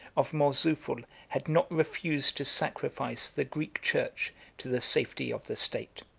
of mourzoufle had not refused to sacrifice the greek church to the safety of the state.